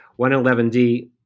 111D